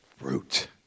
fruit